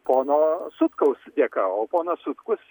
pono sutkaus dėka o ponas sutkus